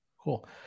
cool